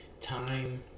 time